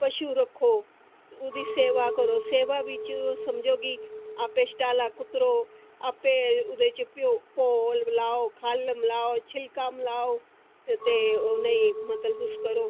पशु रक्खो ते ओह्दी सेवा करो ते सेवा बिच समझो की आपें छटाला कुतरो आपें ओह्दे च घ्यो पाओ लाओ खाओ खल्ल मिलाओ छिलका मिलाओ ते ओह्दे ई मतलब की तुस करो